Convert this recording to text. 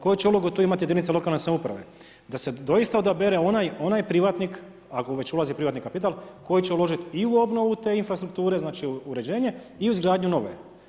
Koju će ulogu tu imati jedinica lokalna samouprave, da se doista odabere onaj privatnik, ako već ulazi privatni kapital koji će uložiti i u obnovu te infrastrukture, znači uređenje i u izgradnju nove.